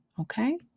Okay